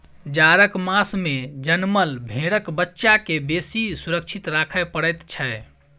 जाड़क मास मे जनमल भेंड़क बच्चा के बेसी सुरक्षित राखय पड़ैत छै